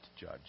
judge